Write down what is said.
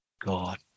God